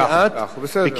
בכנסים,